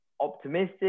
optimistic